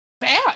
bad